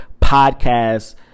podcast